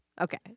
Okay